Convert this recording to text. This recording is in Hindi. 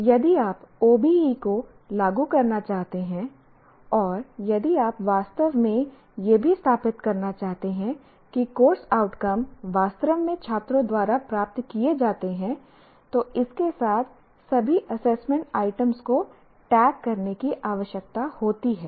इसलिए यदि आप OBE को लागू करना चाहते हैं और यदि आप वास्तव में यह भी स्थापित करना चाहते हैं कि कोर्स आउटकम वास्तव में छात्रों द्वारा प्राप्त किए जाते हैं तो इसके साथ सभी एसेसमेंट आइटम्स को टैग करने की आवश्यकता होती है